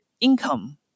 income